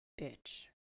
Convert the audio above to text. bitch